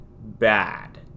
Bad